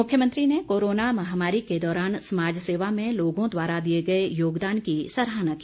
मुख्यमंत्री ने कोरोना महामारी के दौरान समाज सेवा में लोगों द्वारा दिए गए योगदान की सराहना की